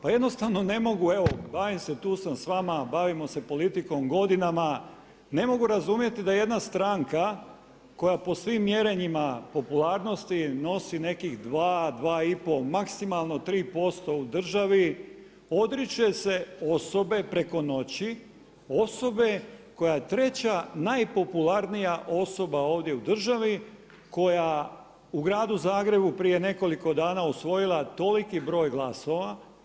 Pa jednostavno ne mogu, evo bavim se, tu sam s vama, bavimo se politikom godinama, ne mogu razumjeti da jedna stranka koja po svim mjerenjima popularnosti nosi nekih 2, 2,5 maksimalno 3% u državi odriče se osobe preko noći, osoba koja je 3.-ća najpopularnija osoba ovdje u državi, koja u gradu Zagrebu prije nekoliko dana osvojila toliki broj glasova.